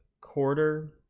quarter